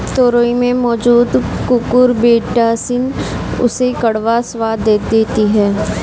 तोरई में मौजूद कुकुरबिटॉसिन उसे कड़वा स्वाद दे देती है